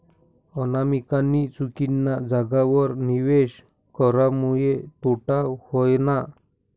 अनामिकानी चुकीना जागावर निवेश करामुये तोटा व्हयना